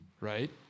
right